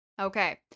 Okay